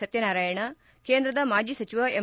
ಸತ್ಯನಾರಾಯಣ ಕೇಂದ್ರದ ಮಾಜಿ ಸಚಿವ ಎಂ